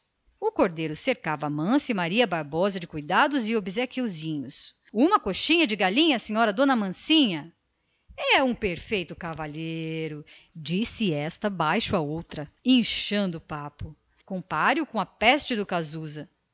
o cordeiro cercava amância e maria bárbara de cuidados cuja delicadeza procurava acentuar à força de diminutivos uma coxinha de galinha senhora d amancinha é um perfeito cavalheiro segredava esta à outra velha compare o só com a peste do casusa